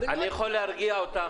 מיקי, אני יכול להרגיע אותך,